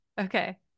Okay